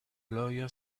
lawyer